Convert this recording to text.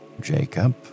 Jacob